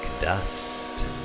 Dust